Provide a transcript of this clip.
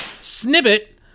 Snippet